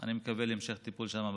ואני מקווה להמשך טיפול שם בוועדה.